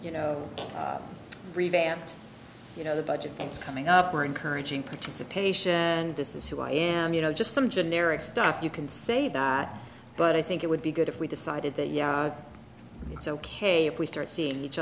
you know revamped you know the budget is coming up we're encouraging participation and this is who i am you know just some generic stuff you can say that but i think it would be good if we decided that yeah it's ok if we start seeing each